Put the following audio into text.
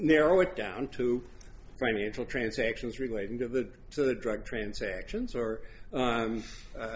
narrow it down to financial transactions relating to that to the drug transactions or